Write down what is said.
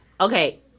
Okay